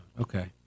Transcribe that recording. okay